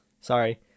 sorry